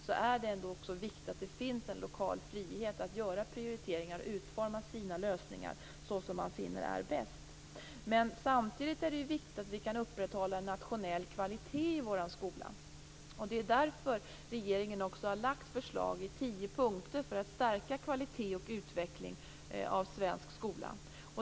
Det är viktigt att det finns en lokal frihet att göra prioriteringar och utforma lösningar som man finner bäst. Men samtidigt är det viktigt att vi kan upprätthålla en nationell kvalitet i våra skolor. Därför har regeringen lagt fram ett förslag i tio punkter för att stärka kvalitet och utveckling i svensk skola.